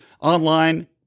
online